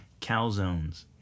Calzones